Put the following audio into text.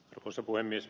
arvoisa puhemies